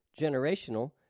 generational